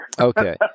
Okay